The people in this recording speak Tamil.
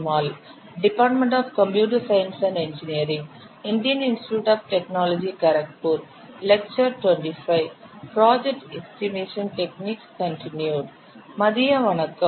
மதிய வணக்கம்